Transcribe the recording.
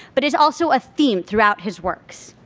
but is also a theme throughout his works.